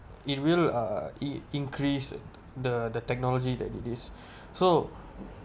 it will uh in~ increased the the technology that it is so